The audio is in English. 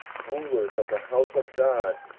rulers of the house of god,